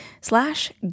slash